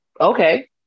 okay